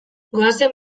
goazen